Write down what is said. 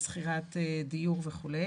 שכירת דיור וכו'.